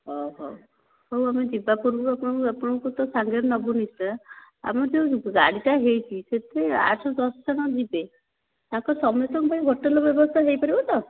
ହଉ ହଉ ହଉ ଆମେ ଯିବା ପୂର୍ବରୁ ଆପଣଙ୍କୁ ଆପଣଙ୍କୁ ତ ସାଙ୍ଗରେ ନେବୁ ନିଶ୍ଚୟ ଆମର ଯେଉଁ ଗାଡ଼ିଟା ହୋଇଛି ସେଥିରେ ଆଠ ଦଶ ଜଣ ଯିବେ ତାଙ୍କ ସମସ୍ତଙ୍କ ପାଇଁ ହୋଟେଲ୍ ବ୍ୟବସ୍ଥା ହୋଇପାରିବ ତ